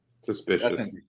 suspicious